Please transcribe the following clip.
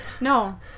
No